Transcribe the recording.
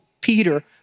Peter